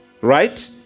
Right